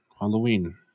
Halloween